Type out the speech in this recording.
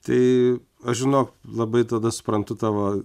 tai aš žinok labai tada suprantu tavo